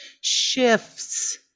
shifts